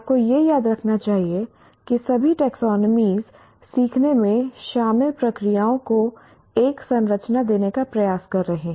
आपको यह याद रखना चाहिए कि सभी टैक्सोनॉमी सीखने में शामिल प्रक्रियाओं को एक संरचना देने का प्रयास कर रहे हैं